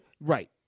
Right